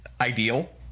ideal